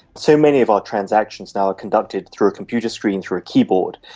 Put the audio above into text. so many of our transactions now are conducted through a computer screen, through a keyboard,